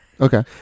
Okay